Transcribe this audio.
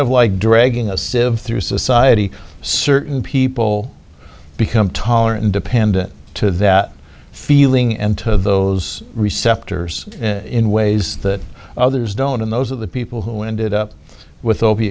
of like dragging a sieve through society certain people become tolerant and dependent to that feeling and to those receptor in ways that others don't and those are the people who ended up with